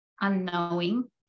unknowing